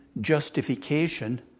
justification